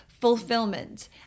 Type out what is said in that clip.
fulfillment